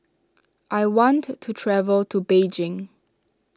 I want to travel to Beijing